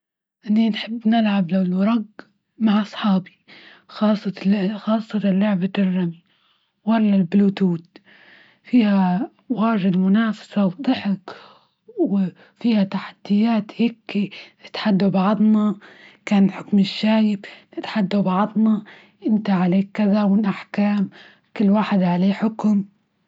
إني نحب نلعب لو الوراق مع أصحابي خاصة لعبة الرمي، ولا البلوتوت، فيها واجد منافسة وضحك ،وفيها تحديات هيك إتحدى بعضنا ،كان الحكم الشايب نتحدوا بعضنا إنت عليك كذا، وأنا أحكام كل واحد عليه حكم.